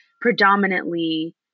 predominantly